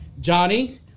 Johnny